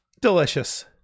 delicious